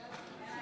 מכובדי